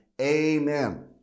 Amen